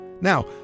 Now